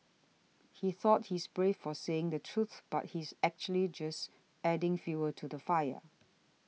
he thought he is brave for saying the truth but he is actually just adding fuel to the fire